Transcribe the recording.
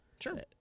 Sure